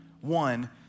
One